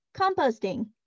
Composting